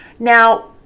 Now